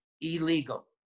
illegal